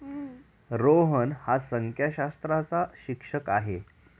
रोहन हा संख्याशास्त्राचा शिक्षक आहे